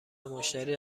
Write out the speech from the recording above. مشتری